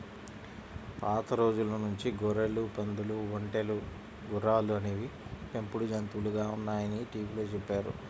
పాత రోజుల నుంచి గొర్రెలు, పందులు, ఒంటెలు, గుర్రాలు అనేవి పెంపుడు జంతువులుగా ఉన్నాయని టీవీలో చెప్పారు